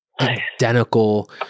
identical